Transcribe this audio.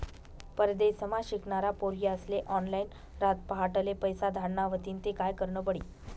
परदेसमा शिकनारा पोर्यास्ले ऑनलाईन रातपहाटले पैसा धाडना व्हतीन ते काय करनं पडी